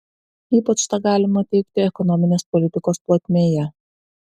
ypač tą galima teigti ekonominės politikos plotmėje